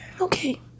Okay